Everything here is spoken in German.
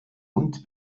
und